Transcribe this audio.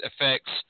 affects